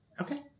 Okay